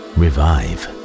revive